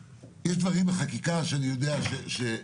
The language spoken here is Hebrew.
(הישיבה נפסקה בשעה 13:30 ונתחדשה בשעה 14:07.)